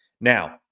now